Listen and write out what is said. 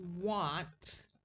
want